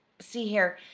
see here.